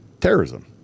terrorism